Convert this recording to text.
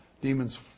Demons